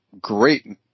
great